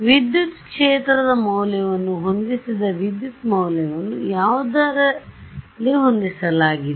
ವಿದ್ಯುತ್ ಕ್ಷೇತ್ರದ ಮೌಲ್ಯವನ್ನು ಹೊಂದಿಸಿದ ವಿದ್ಯುತ್ ಮೌಲ್ಯವನ್ನು ಯಾವುದರಲ್ಲಿ ಹೊಂದಿಸಲಾಗಿದೆ